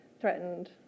threatened